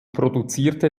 produzierte